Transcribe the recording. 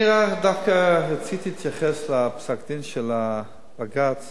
אני דווקא רציתי להתייחס לפסק-הדין של בג"ץ